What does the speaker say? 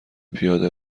پیاده